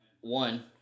one